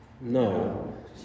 No